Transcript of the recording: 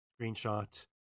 screenshot